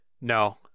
no